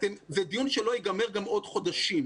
זה דיון שלא ייגמר גם עוד חודשים.